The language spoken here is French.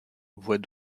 voit